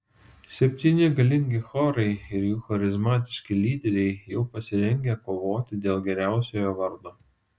septyni galingi chorai ir jų charizmatiški lyderiai jau pasirengę kovoti dėl geriausiojo vardo